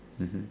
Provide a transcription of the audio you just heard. mmhmm